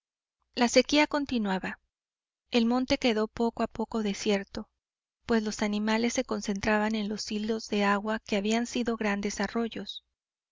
la sequía continuaba el monte quedó poco a poco desierto pues los animales se concentraban en los hilos de agua que habían sido grandes arroyos